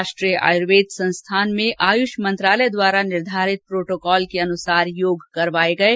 राष्ट्रीय आयुर्वेद संस्थान में आयुष मंत्रालय द्वारा निर्धारित प्रोटोकॉल के अनुसार योग करवाये गये